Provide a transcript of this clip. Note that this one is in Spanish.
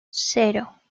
cero